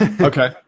Okay